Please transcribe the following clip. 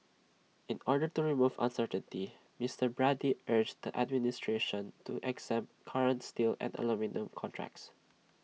in order to remove uncertainty Mister Brady urged the administration to exempt current steel and aluminium contracts